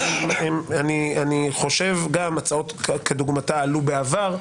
שאני חושב שהצעות כדוגמתה עלו בעבר,